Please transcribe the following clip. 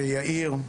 ויאיר,